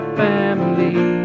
family